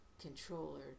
controller